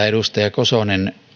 edustaja kosonen